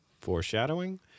foreshadowing